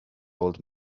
old